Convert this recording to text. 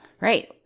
Right